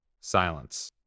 Silence